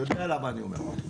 אני יודע למה אני אומר את זה.